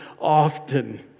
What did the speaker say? often